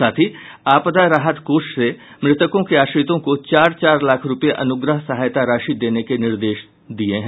साथ ही आपदा राहत कोष से मृतकों के आश्रितों को चार चार लाख रूपये अनुग्रह सहायता राशि देने के निर्देश दिया है